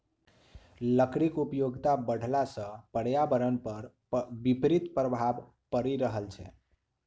लकड़ीक उपयोगिता बढ़ला सॅ पर्यावरण पर विपरीत प्रभाव पड़ि रहल छै